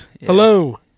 Hello